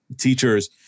teachers